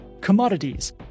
commodities